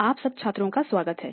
आप सब छात्रों का स्वागत है